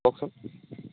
কওকচোন